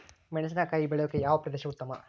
ಮೆಣಸಿನಕಾಯಿ ಬೆಳೆಯೊಕೆ ಯಾವ ಪ್ರದೇಶ ಉತ್ತಮ?